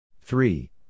Three